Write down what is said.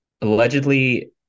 allegedly